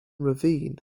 ravine